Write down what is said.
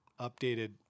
updated